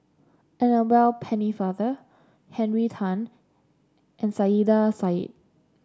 Annabel Pennefather Henry Tan and Saiedah Said